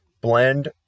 blend